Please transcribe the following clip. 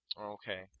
Okay